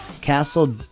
Castle